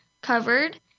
covered